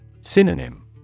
Synonym